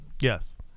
Yes